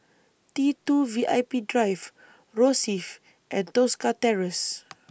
T two V I P Drive Rosyth and Tosca Terrace